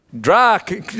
dry